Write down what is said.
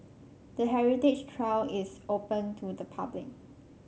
the heritage trail is open to the public